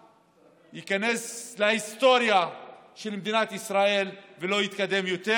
הוא ייכנס להיסטוריה של מדינת ישראל ולא יתקדם יותר,